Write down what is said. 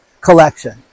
collection